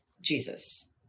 Jesus